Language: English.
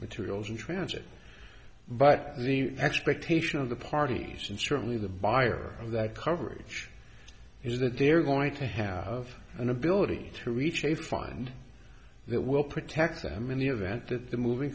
materials in transit but the expectation of the parties and certainly the buyer of that coverage is that they're going to have an ability to reach a fine that will protect them in the event that the moving